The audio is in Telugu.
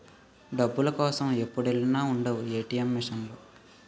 డబ్బుల కోసం ఎప్పుడెల్లినా ఉండవు ఏ.టి.ఎం మిసన్ లో